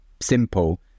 simple